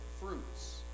fruits